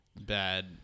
bad